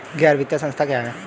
गैर वित्तीय संस्था क्या है?